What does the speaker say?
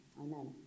Amen